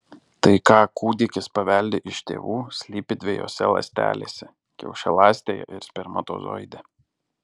tai ką kūdikis paveldi iš tėvų slypi dviejose ląstelėse kiaušialąstėje ir spermatozoide